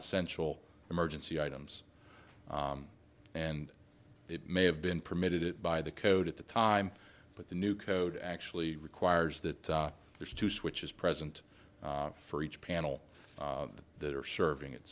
essential emergency items and it may have been permitted by the code at the time but the new code actually requires that there's two switches present for each panel that are serving it